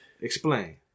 explain